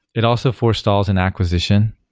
it also forestalls an acquisition.